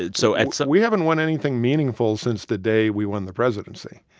and so at. so we haven't won anything meaningful since the day we won the presidency.